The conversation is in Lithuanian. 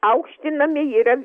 aukštinami yra